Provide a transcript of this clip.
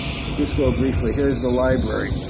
so just go briefly. here's the library.